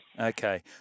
Okay